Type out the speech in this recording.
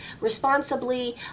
responsibly